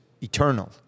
eternal